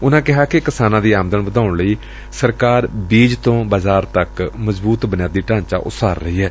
ਉਨੂਾ ਕਿਹਾ ਕਿ ਕਿਸਾਨਾਂ ਦੀ ਆਮਦਨ ਵਧਾਉਣ ਲਈ ਸਰਕਾਰ ਬੀਜ ਤੋਂ ਬਾਜ਼ਾਰ ਤੱਕ ਮਜ਼ਬੂਤ ਬੁਨਿਆਦੀ ਢਾਂਚਾ ਉਸਾਰ ਰਹੀ ਏ